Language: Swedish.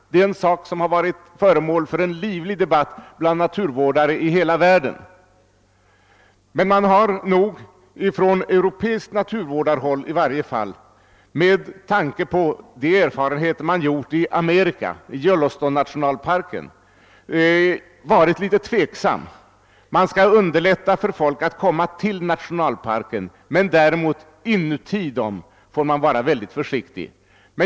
Det är en sak som har varit föremål för en livlig debatt bland naturvårdare i hela världen, men i varje fall från europeiskt naturvårdarhåll har man med tanke på erfarenheterna från Yellowstone nationalpark i Amerika varit litet tveksam. Man skall underlätta för människor att komma till nationalparken, men inne i nationalparken får man vara mycket försiktig.